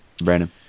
Brandon